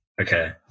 okay